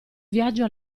viaggio